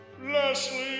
Leslie